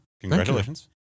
congratulations